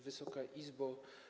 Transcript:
Wysoka Izbo!